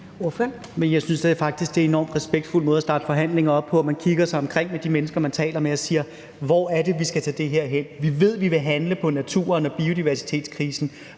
– i stedet for at presse det i en retning – kigger sig omkring og på de mennesker, man taler med, og siger: Hvor er det, vi skal tage det her hen? Vi ved, at vi vil handle på natur- og biodiversitet krisen;